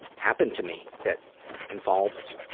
happened to me that involved,